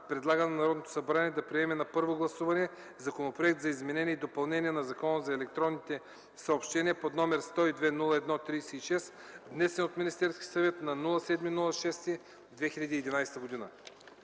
предлага на Народното събрание да приеме на първо гласуване Законопроект за изменение и допълнение на Закона за електронните съобщения, № 102-01-36, внесен от Министерския съвет на 07.06.2011 г.”.